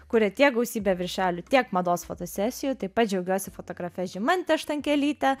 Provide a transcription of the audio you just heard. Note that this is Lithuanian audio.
kuria tiek gausybę viršelių tiek mados fotosesijų taip pat džiaugiuosi fotografe žymante štankelyte